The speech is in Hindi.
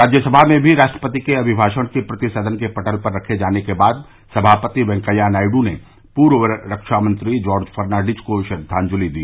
राज्यसभा में भी राष्ट्रपति के अमिभाषण की प्रति सदन के पटल पर रखे जाने के बाद सभापति वेंकैया नायडू ने पूर्व रक्षा मंत्री जॉर्ज फर्नांडिस को श्रद्वांजलि दी